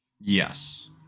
yes